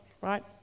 right